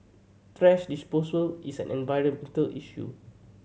thrash disposal is an environmental issue